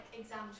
exams